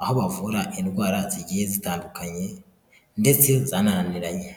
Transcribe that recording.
aho bavura indwara zigiye zitandukanye ndetse zanananiranye.